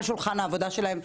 על שולחן העבודה שלהם,